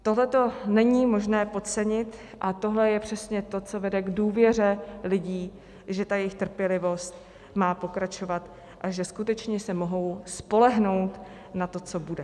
Tohle není možné podcenit a tohle je přesně to, co vede k důvěře lidí, že jejich trpělivost má pokračovat a že skutečně se mohou spolehnout na to, co bude.